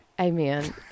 Amen